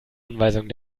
anweisungen